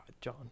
John